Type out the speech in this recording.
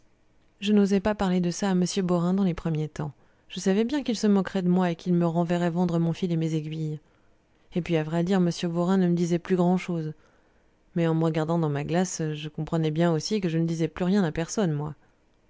je n'osais pas parler de ça à m beaurain dans les premiers temps je savais bien qu'il se moquerait de moi et qu'il me renverrait vendre mon fil et mes aiguilles et puis à vrai dire m beaurain ne me disait plus grand chose mais en me regardant dans ma glace je comprenais bien aussi que je ne disais plus rien à personne moi